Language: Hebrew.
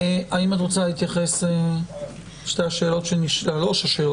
האם את רוצה להתייחס לשלוש השאלות?